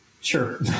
Sure